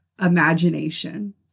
imagination